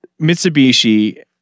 Mitsubishi